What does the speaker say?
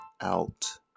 out